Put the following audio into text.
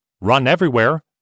run-everywhere